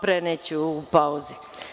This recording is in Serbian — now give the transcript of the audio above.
Preneću u pauzi.